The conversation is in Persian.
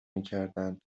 میکردند